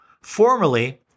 Formerly